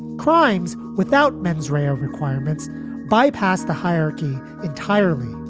crimes without mens rea requirements bypass the hierarchy entirely.